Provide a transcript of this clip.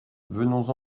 venons